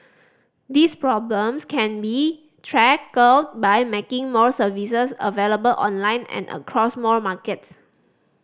these problems can be tackled by making more services available online and across more markets